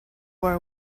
war